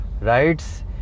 rights